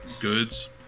goods